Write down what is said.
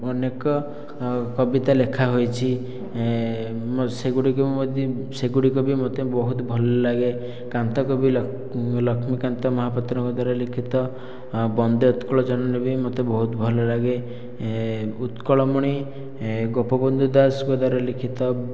ଅନେକ କବିତା ଲେଖାହୋଇଛି ମୋ ସେଗୁଡ଼ିକ ମୋ ସେଗୁଡ଼ିକ ବି ମୋତେ ବହୁତ ଭଲଲାଗେ କାନ୍ତକବି ଲକ୍ଷ୍ମୀକାନ୍ତ ମହାପାତ୍ରଙ୍କ ଦ୍ଵାରା ଲିଖିତ ବନ୍ଦେ ଉତ୍କଳ ଜନନୀ ବି ମୋତେ ବହୁତ ଭଲଲାଗେ ଉତ୍କଳ ମଣି ଗୋପବନ୍ଧୁ ଦାସଙ୍କ ଦ୍ଵାରା ଲିଖିତ